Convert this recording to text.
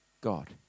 God